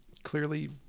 Clearly